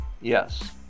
yes